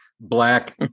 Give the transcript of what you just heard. black